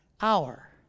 hour